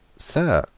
sir,